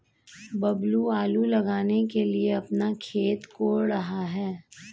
बबलू आलू लगाने के लिए अपना खेत कोड़ रहा है